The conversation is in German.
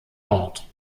ort